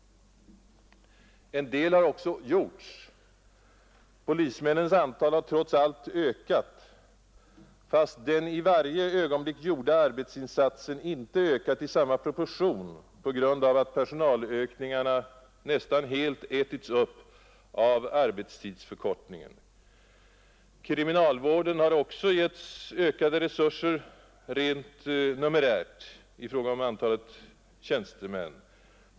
En del har också gjorts. Polismännens antal har trots allt ökat, fast den i varje ögonblick gjorda arbetsinsatsen inte ökat i samma proportion på grund av att personalökningarna nästan helt ”ätits upp” av arbetstidsförkortningen. Kriminalvården har också givits ökade resurser rent numerärt, alltså i fråga om antalet tjänstemän.